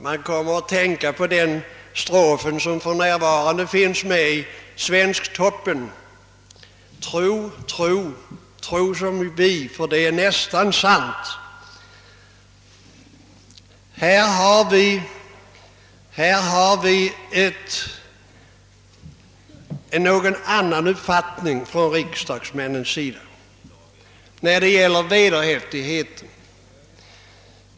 Man kommer att tänka på den strof som för närvarande finns med i Svensktoppen: »Tro, tro, tro som vi, för det är nästan sant!» Vi riksdagsmän har en annan uppfattning i fråga om vederhäftigheten.